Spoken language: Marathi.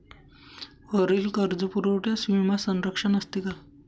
वरील कर्जपुरवठ्यास विमा संरक्षण असते का?